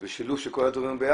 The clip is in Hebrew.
יש נושא של אימון והדרכת העובדים,